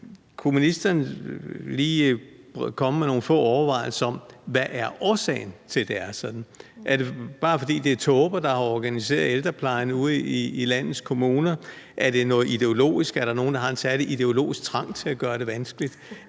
Kunne ministeren komme med nogle få overvejelser om, hvad årsagen er til, at det er sådan? Er det bare, fordi det er tåber, der har organiseret ældreplejen ude i landets kommuner? Er det noget ideologisk? Er der nogle, der har en særlig ideologisk trang til at gøre det vanskeligt?